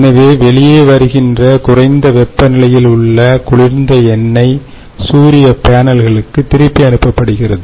எனவேவெளியே வருகின்ற குறைந்த வெப்பநிலையில் உள்ள குளிர்ந்த எண்ணெய் சூரிய பேனல்களுக்கு திருப்பி அனுப்பப்படுகிறது